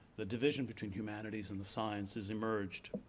the division between humanities and the sciences emerged.